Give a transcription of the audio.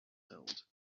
held